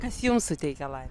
kas jums suteikia laimę